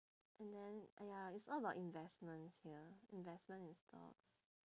and then !aiya! it's all about investments here investments and stocks